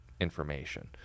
information